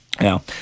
Now